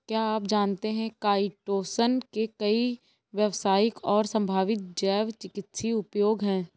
क्या आप जानते है काइटोसन के कई व्यावसायिक और संभावित जैव चिकित्सीय उपयोग हैं?